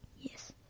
Yes